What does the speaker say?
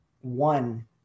One